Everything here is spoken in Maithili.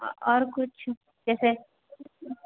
आओर कुछ जैसे